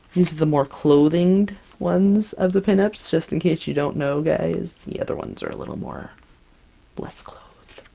these are the more clothing-ed ones of the pinups, just in case you don't know guys. the other ones are a little more less-clothed.